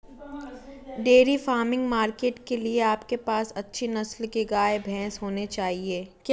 dairy farming market के लिए आपके पास अच्छी नस्ल के गाय, भैंस होने चाहिए